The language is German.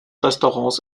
restaurants